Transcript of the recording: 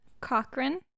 Cochrane